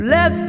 Let